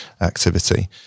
activity